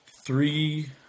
three